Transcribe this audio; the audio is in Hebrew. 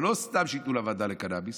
אבל לא סתם שייתנו לה ועדה לקנביס,